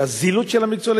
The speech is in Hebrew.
כי הזילות של המקצוע,